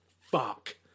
fuck